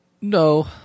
No